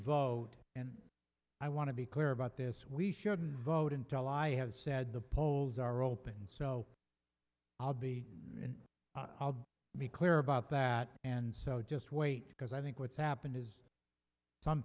vote and i want to be clear about this we shouldn't vote until i have said the polls are open so i'll be in i'll be clear about that and so just wait because i think what's happened is some